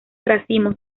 racimos